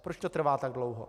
Proč to trvá tak dlouho?